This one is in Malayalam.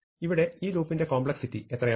ഇവിടെ ഈ ലൂപിന്റെ കോംപ്ലെക്സിറ്റി എത്രയാണ്